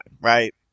right